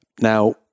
Now